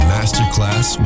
Masterclass